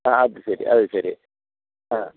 ആ അത് ശരി അത് ശരി ആ